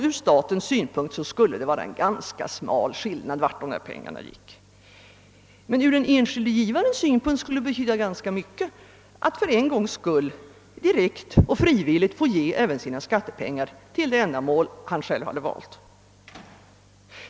Ur statens synpunkt skulle det göra ganska liten skillnad, vart pengarna ginge, men för den enskilde givaren skulle det betyda ganska mycket att för en gångs skull direkt och frivilligt få ge även sina skattepengar till de ändamål han själv hade valt.